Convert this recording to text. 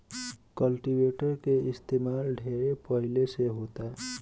cultivator के इस्तमाल ढेरे पहिले से होता